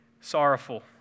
sorrowful